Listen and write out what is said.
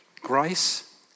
Grace